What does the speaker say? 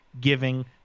giving